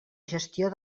gestió